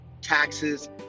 taxes